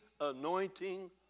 anointing